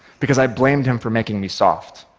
because i blamed him for making me soft,